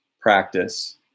practice